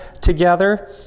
together